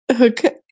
Okay